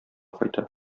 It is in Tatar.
кайта